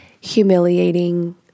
humiliating